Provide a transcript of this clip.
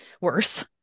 worse